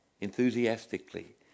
enthusiastically